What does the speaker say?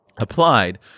applied